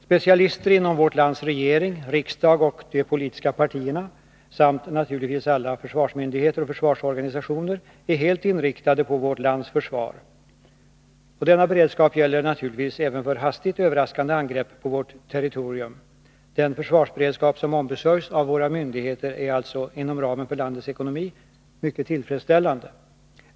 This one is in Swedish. Specialister inom vårt lands regering, riksdag och politiska partier samt naturligtvis alla försvarsmyndigheter och försvarsorganisationer är helt inriktade på vårt lands försvar. Och denna beredskap gäller naturligtvis även för hastigt överraskande angrepp på vårt territorium. Den försvarsberedskap som ombesörjs av våra myndigheter är alltså — inom ramen för landets ekonomi — mycket tillfredsställande.